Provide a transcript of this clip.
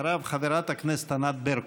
אחריו, חברת הכנסת ענת ברקו.